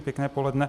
Pěkné poledne.